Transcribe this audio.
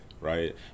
right